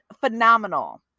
phenomenal